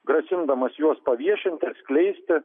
grasindamas juos paviešinti atskleisti